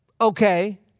okay